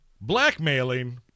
Blackmailing